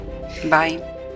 Bye